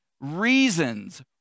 reasons